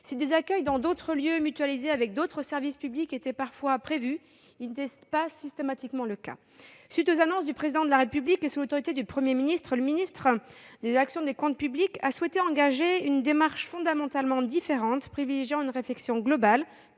Des accueils dans d'autres lieux, mutualisés avec d'autres services publics, étaient parfois prévus, mais pas de façon systématique. À la suite des annonces du Président de la République et sous l'autorité du Premier ministre, le ministre de l'action et des comptes publics a souhaité engager une démarche fondamentalement différente, privilégiant une réflexion globale,